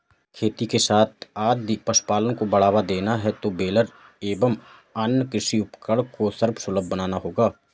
खेती के साथ यदि पशुपालन को बढ़ावा देना है तो बेलर एवं अन्य कृषि उपकरण को सर्वसुलभ बनाना होगा